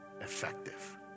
effective